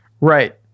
right